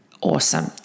awesome